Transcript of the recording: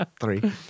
three